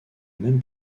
même